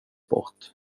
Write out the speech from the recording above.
bort